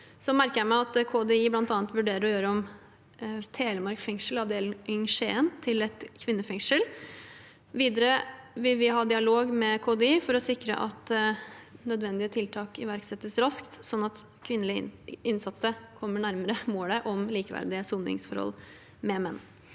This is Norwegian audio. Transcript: jeg meg at KDI bl.a. vurderer å gjøre om Telemark fengsel, Skien avdeling til et kvinnefengsel. Videre vil vi ha dialog med KDI for å sikre at nødvendige tiltak iverksettes raskt, slik at kvinnelige innsatte kommer nærmere målet om likeverdige soningsforhold med menn.